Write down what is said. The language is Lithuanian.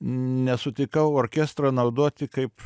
nesutikau orkestrą naudoti kaip